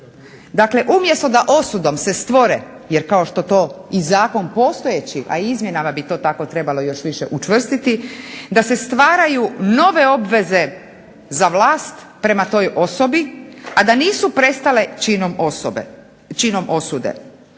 Dakle, umjesto da osudom se stvore jer kao što to i zakon postojeći, a i izmjenama bi to tako trebalo još više učvrstiti, da se stvaraju nove obveze za vlast prema toj osobi, a da nisu prestale činom osude.